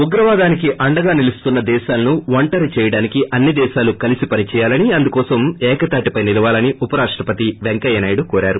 ఉగ్రవాదానికి అండగా నిలుస్తున్న దేశాలను ఒంటరి చేయడానికి అన్పి దేశాలు కలిసి పనిచేయాలని అందుకోసం ఏకతాటిపై నిలవాలని ఉపరాష్టపతి వెంకయ్యనాయుడు కోరారు